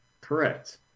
Correct